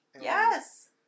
Yes